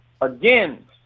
again